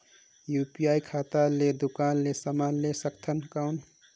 UPI खाता ले दुकान ले समान ले सकथन कौन?